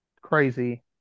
crazy